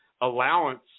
allowance